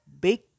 big